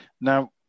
Now